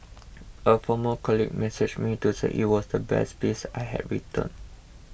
a former colleague messaged me to say it was the best piece I had written